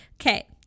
Okay